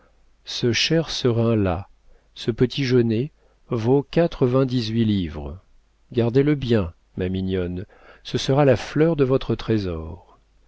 ce cher serin là ce petit jaunet vaut quatre-vingt-dix-huit livres gardez-le bien ma mignonne ce sera la fleur de votre trésor